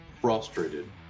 frustrated